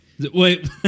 Wait